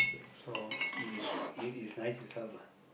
so it is it is nice itself lah